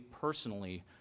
personally